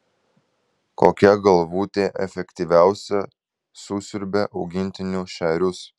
kokia galvutė efektyviausia susiurbia augintinių šerius